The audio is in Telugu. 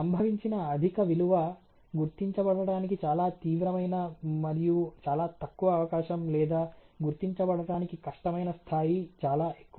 సంభవించిన అధిక విలువ గుర్తించబడటానికి చాలా తీవ్రమైన మరియు చాలా తక్కువ అవకాశం లేదా గుర్తించబడటానికి కష్టమైన స్థాయి చాలా ఎక్కువ